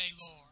Lord